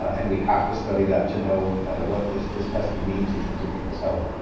and we have to study that to know what this this testing means in terms of people's health.